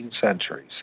centuries